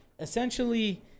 Essentially